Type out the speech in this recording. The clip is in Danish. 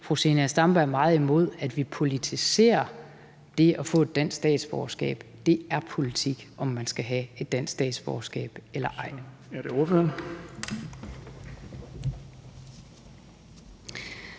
Fru Zenia Stampe er meget imod, at vi politiserer det at få dansk statsborgerskab, men det er et politisk spørgsmål, om man skal have et dansk statsborgerskab eller ej.